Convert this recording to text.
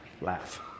laugh